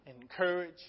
encourage